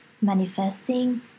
manifesting